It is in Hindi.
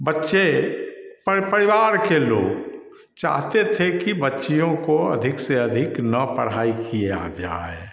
बच्चे पर परिवार के लोग चाहते थे कि बच्चियों को अधिक से अधिक न पढ़ाई किया जाय